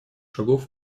шагов